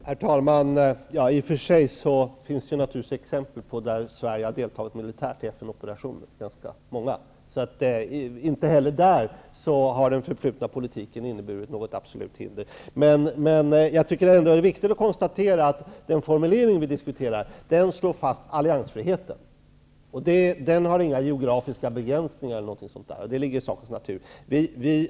Herr talman! I och för sig kan man ge exempel på konflikter där Sverige deltagit militärt inom FN:s ram. Inte heller i det avseendet har den förutvarande politiken inneburit något absolut hinder. Jag tycker ändå att det är viktigt att konstatera att den formulering vi diskuterar slår fast alliansfriheten. Denna har inte geografiska begränsningar -- det ligger i sakens natur.